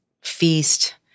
feast